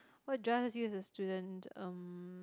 what drives you as a student um